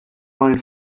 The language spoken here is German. meinen